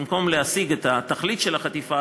במקום להשיג את התכלית של החטיפה,